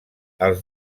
els